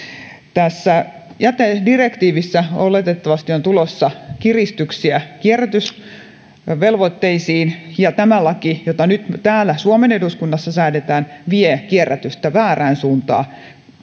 tässä jätedirektiivissä oletettavasti on tulossa kiristyksiä kierrätysvelvoitteisiin ja tämä laki jota nyt täällä suomen eduskunnassa säädetään vie kierrätystä väärään suuntaan